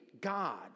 God